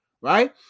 right